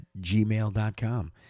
gmail.com